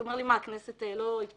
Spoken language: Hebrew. הוא אמר לי: מה, הכנסת לא התפזרה?